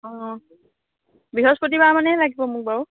অ' বৃহস্পতিবাৰ মানেই লাগিব মোক বাৰু